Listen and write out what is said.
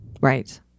Right